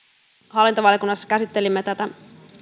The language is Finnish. hallintovaliokunnassa käsittelimme tätä